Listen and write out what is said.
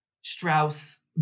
Strauss